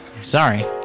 sorry